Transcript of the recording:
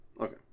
Okay